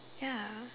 ya